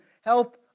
Help